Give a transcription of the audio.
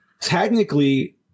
Technically